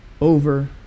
over